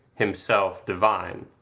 himself divine.